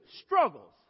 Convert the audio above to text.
struggles